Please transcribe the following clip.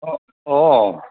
অঁ অঁ